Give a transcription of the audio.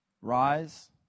rise